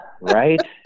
Right